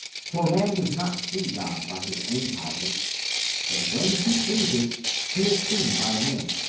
for man does not see god by his own powers but when he pleases he is seen by men,